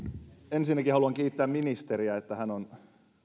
ensinnäkin haluan kiittää ministeriä että hän on